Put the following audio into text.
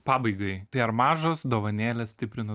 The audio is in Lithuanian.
pabaigai tai ar mažos dovanėlės stiprina